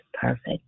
perfect